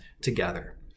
together